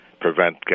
prevent